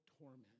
torment